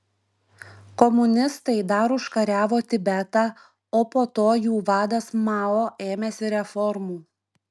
komunistai dar užkariavo tibetą o po to jų vadas mao ėmėsi reformų